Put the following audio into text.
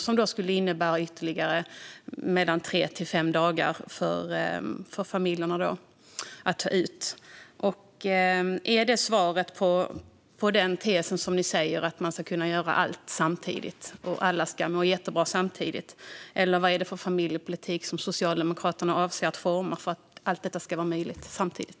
Det skulle innebära ytterligare tre-fem dagar för familjerna att ta ut. Är det svaret på den tes som säger att man ska kunna göra allt samtidigt, och att alla ska må jättebra samtidigt? Vad är det för familjepolitik som Socialdemokraterna avser att forma för att allt detta ska vara möjligt samtidigt?